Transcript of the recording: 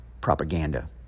propaganda